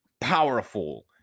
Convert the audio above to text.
powerful